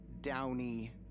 downy